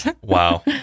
Wow